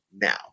now